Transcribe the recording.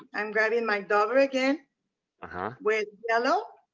i'm grabbing my dauber again ah with yellow